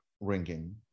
ringing